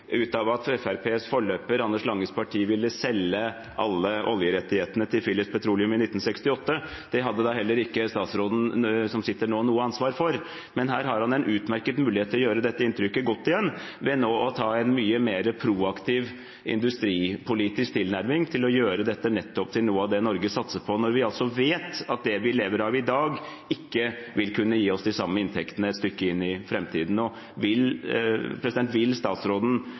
av at Fremskrittspartiets forløper, Anders Langes Parti, ville selge alle oljerettighetene til Phillips Petroleum i 1968. Det hadde da heller ikke statsråden som sitter nå, noe ansvar for. Men her har han en utmerket mulighet til å gjøre dette inntrykket godt igjen ved nå å ta en mye mer proaktiv industripolitisk tilnærming og gjøre dette til noe av det Norge satser på, når vi altså vet at det vi lever av i dag, et stykke inn i framtiden ikke vil kunne gi oss de samme inntektene. Vil statsråden løfte blikket og